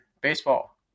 baseball